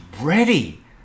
ready